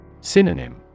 Synonym